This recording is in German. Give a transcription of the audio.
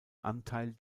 anteil